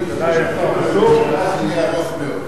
זה יהיה ארוך מאוד.